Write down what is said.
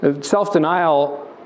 Self-denial